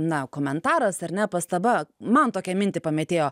na komentaras ar ne pastaba man tokią mintį pamėtėjo